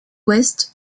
ouest